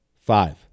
Five